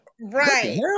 Right